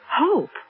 Hope